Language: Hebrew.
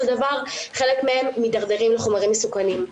דבר חלק מהם מידרדרים לחומרים מסוכנים.